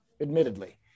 admittedly